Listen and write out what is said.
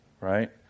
right